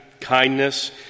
kindness